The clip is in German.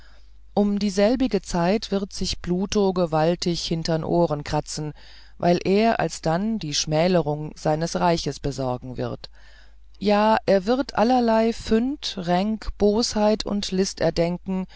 um dieselbige zeit wird sich pluto gewaltig hintern ohren kratzen weil er alsdann die schmälerung seines reichs besorgen wird ja er wird allerlei fünd ränk bosheit und list erdenken